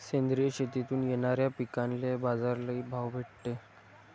सेंद्रिय शेतीतून येनाऱ्या पिकांले बाजार लई भाव भेटते